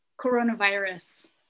coronavirus